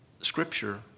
scripture